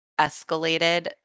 escalated